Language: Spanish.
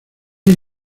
hay